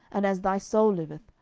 and as thy soul liveth,